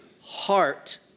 heart